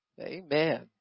amen